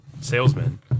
salesman